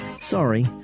Sorry